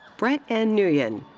brett n. nguyen.